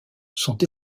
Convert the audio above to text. sont